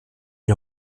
est